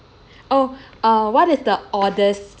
oh uh what is the oddest